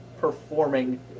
performing